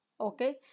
okay